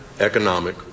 Economic